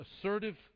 assertive